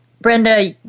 Brenda